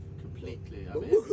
completely